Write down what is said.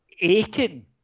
aching